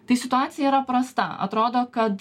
tai situacija yra prasta atrodo kad